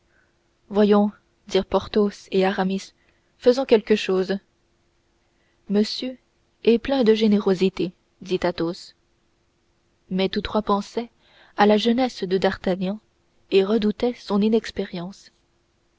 voyons dirent porthos et aramis faisons quelque chose monsieur est plein de générosité dit athos mais tous trois pensaient à la jeunesse de d'artagnan et redoutaient son inexpérience